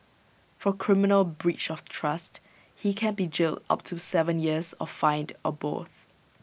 for criminal breach of trust he can be jailed up to Seven years or fined or both